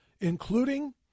including